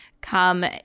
come